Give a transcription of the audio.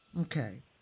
Okay